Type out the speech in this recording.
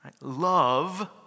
Love